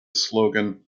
slogan